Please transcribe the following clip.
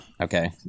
Okay